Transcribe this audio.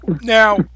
now